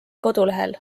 kodulehel